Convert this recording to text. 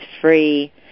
free